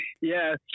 yes